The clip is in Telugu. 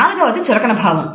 నాలుగవది చులకన భావం